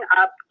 up